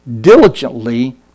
diligently